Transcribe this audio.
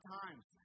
times